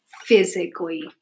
physically